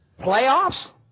Playoffs